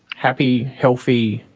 happy, healthy,